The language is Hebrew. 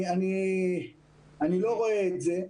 אני לא רואה את זה.